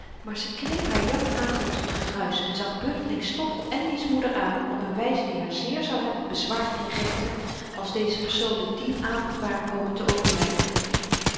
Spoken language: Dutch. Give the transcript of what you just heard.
maar ze kneep haar janhagel tot gruis en zag beurtelings stoffel en diens moeder aan op n wyze die haar zeer zou hebben bezwaard in rechten als deze personen dien avend waren komen te overlyden